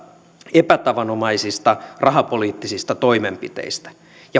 epätavanomaisista rahapoliittisista toimenpiteistä